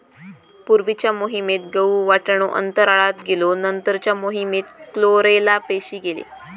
पूर्वीच्या मोहिमेत गहु, वाटाणो अंतराळात गेलो नंतरच्या मोहिमेत क्लोरेला पेशी गेले